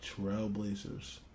Trailblazers